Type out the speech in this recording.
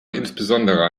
insbesondere